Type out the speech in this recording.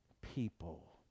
people